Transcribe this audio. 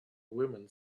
women